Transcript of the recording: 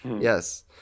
Yes